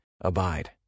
Abide